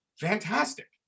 fantastic